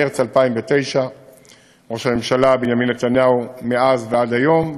מרס 2009. ראש הממשלה בנימין נתניהו מאז ועד היום,